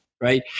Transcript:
right